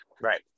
right